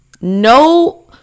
no